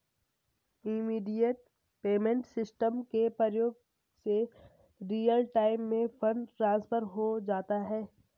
immediate payment system के प्रयोग से रियल टाइम में फंड ट्रांसफर हो जाता है